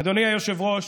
אדוני היושב-ראש,